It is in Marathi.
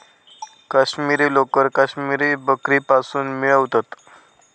काश्मिरी लोकर काश्मिरी बकरीपासुन मिळवतत